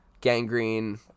Gangrene